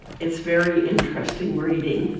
is very interesting reading.